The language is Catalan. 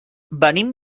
venim